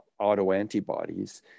autoantibodies